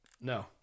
No